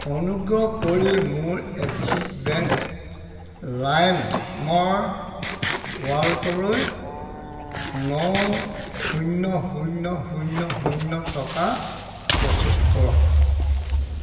অনুগ্ৰহ কৰি মোৰ এক্সিছ বেংক লাইমৰ ৱালেটলৈ ন শূন্য শূন্য শূন্য শূন্য শূন্য টকা প্ৰ'চেছ কৰক